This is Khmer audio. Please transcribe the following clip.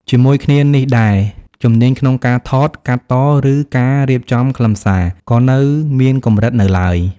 ជាមួយគ្នានេះដែរ ជំនាញក្នុងការថត កាត់ត ឬការរៀបចំខ្លឹមសារ ក៏នៅមានកម្រិតនៅឡើយ។